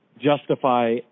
justify